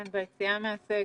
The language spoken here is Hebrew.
כן, ביציאה מהסגר,